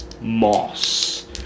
moss